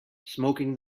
smoking